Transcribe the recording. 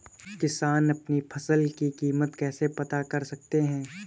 किसान अपनी फसल की कीमत कैसे पता कर सकते हैं?